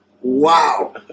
Wow